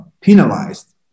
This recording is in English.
penalized